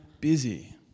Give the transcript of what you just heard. busy